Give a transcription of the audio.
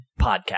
podcast